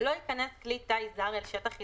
לא ייכנס כלי טיס זר אל שטח ישראל,